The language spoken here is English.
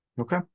Okay